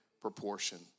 proportion